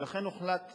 ולכן הוחלט